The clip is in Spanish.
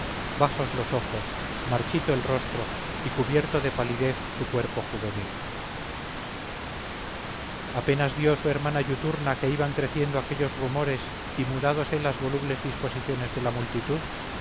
bajos los ojos marchito el rostro y cubierto de palidez su cuerpo juvenil apenas vio su hermana iuturna que iban creciendo aquellos rumores y mudándose las volubles disposiciones de la multitud